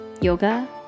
yoga